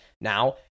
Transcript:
now